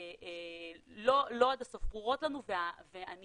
לא עד הסוף ברורות לנו ואני